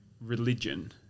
religion –